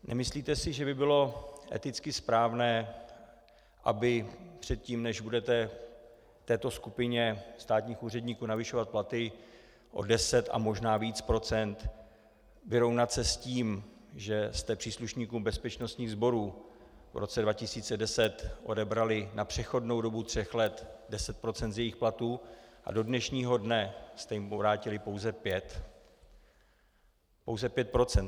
Nemyslíte si, že by bylo eticky správné, aby předtím, než budete této skupině státních úředníků navyšovat platy o deset a možná víc procent, vyrovnat se s tím, že jste příslušníkům bezpečnostních sborů v roce 2010 odebrali na přechodnou dobu tří let 10 % z jejich platů a do dnešního dne jste jim vrátili pouze 5 %?